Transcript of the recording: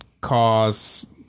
cause